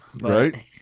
right